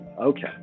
okay